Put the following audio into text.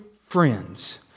friends